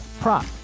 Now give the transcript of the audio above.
prop